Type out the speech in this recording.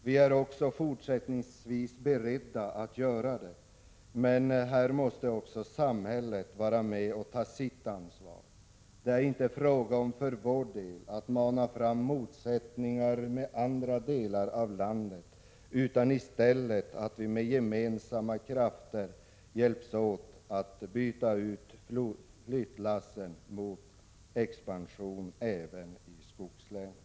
Vi är också fortsättningsvis beredda att göra det, men här måste också samhället vara med och ta sitt ansvar. Det är inte fråga om att för vår del mana fram några motsättningar med andra delar av landet, utan i stället vill vi att alla med gemensamma krafter hjälps åt att byta ut flyttlassen mot expansion även i skogslänen.